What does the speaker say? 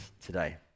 today